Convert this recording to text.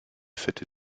fette